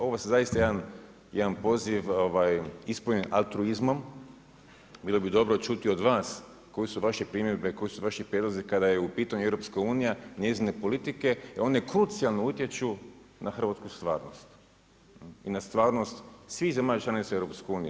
Ovo je sad zaista jedan poziv, ispunjen altruizmom, bilo bi dobro čuti od vas koje su vaše primjedbe, koji su vaši prijedlozi kada je u pitanju EU, njezine politike i one krucijalno utječu na hrvatsku stvarnost i na stvarnost svih zemalja članica EU.